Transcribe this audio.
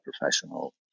professional